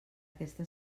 aquesta